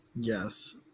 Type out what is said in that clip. yes